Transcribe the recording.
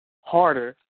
harder